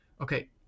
okay